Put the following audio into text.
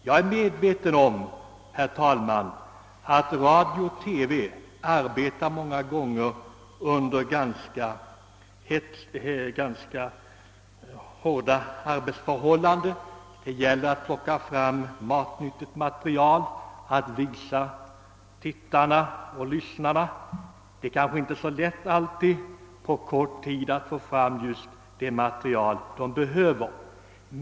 Jag är medveten om, herr talman, att radio och TV många gånger arbetar under ganska pressande förhållanden; det gäller att snabbt plocka fram matnyttigt material att presentera tittarna och lyssnarna. Det är kanske inte alltid så lätt att på kort tid få fram just det material man behöver.